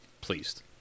pleased